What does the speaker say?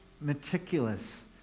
meticulous